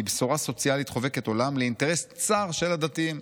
מבשורה סוציאלית חובקת עולם לאינטרס צר של ה'דתיים',